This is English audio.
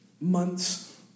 months